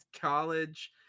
College